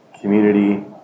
community